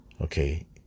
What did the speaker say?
Okay